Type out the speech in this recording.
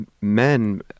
men